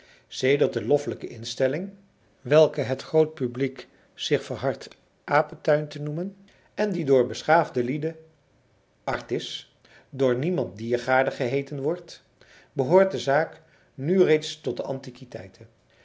sedert de loffelijke instelling welke het groot publiek zich verhardt apentuin te noemen en die door beschaafde lieden artis door niemand diergaarde geheeten wordt behoort de zaak nu reeds tot